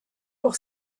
pour